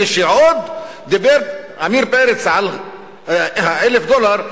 כשדיבר עמיר פרץ על 1,000 דולר,